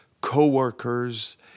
co-workers